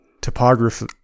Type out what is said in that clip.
topography